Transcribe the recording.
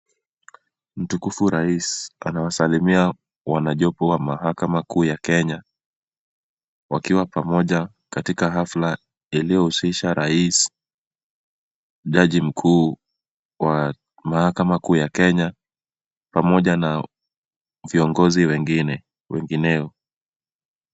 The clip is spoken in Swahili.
Mtukufu rais anawasalimia wanajopo wa mahakama kuu ya Kenya wakiwa pamoja katika hafla yaliyohusisha rais, jaji mkuu wa mahakama kuu ya Kenya pamoja na viongozi wengine wengineo.